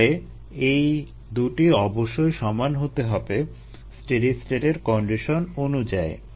তাহলে এই দুইটি অবশ্যই সমান হতে হবে স্টেডি স্টেটের কন্ডিশন অনুযায়ী